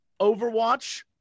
Overwatch